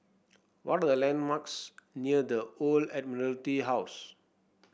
what are the landmarks near The Old Admiralty House